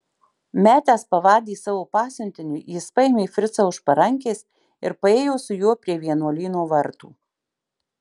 metęs pavadį savo pasiuntiniui jis paėmė fricą už parankės ir paėjo su juo prie vienuolyno vartų